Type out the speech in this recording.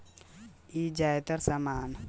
ई ज्यातर सामान खरीदे चाहे बेचे वाला लोग बोलेला